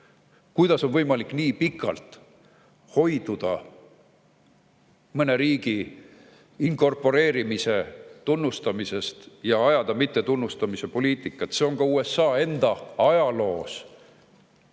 kuidas on võimalik nii pikalt hoiduda mõne riigi inkorporeerimise tunnustamisest ja ajada mittetunnustamise poliitikat. See on ka USA enda ajaloos